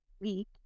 week